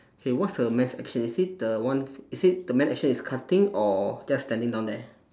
okay what's the man's action is he the one is he the man's action is cutting or just standing down there